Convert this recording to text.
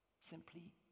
simply